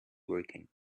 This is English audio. working